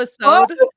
episode